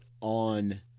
on